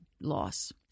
loss